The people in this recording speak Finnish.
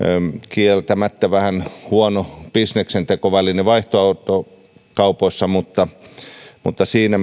kieltämättä vähän huono bisneksentekoväline vaihtoautokaupoissa ja siinä